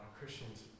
Christians